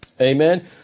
Amen